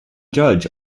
judge